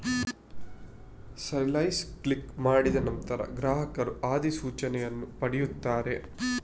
ಸಲ್ಲಿಸು ಕ್ಲಿಕ್ ಮಾಡಿದ ನಂತರ, ಗ್ರಾಹಕರು ಅಧಿಸೂಚನೆಯನ್ನು ಪಡೆಯುತ್ತಾರೆ